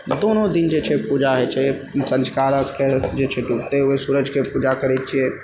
दोनो दिन जे छै पूजा हैय छै सञ्झुका अर्घ्यके जे छै डूबते हुए सूरजकेँ पूजा करै छियै